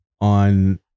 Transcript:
on